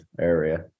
area